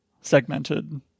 segmented